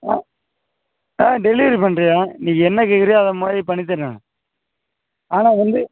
ஆ ஆ டெலிவரி பண்ணுறேன்யா நீ என்ன கேட்குறயோ அது மாதிரி பண்ணித்தர்றேன் ஆனால் வந்து